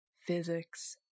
physics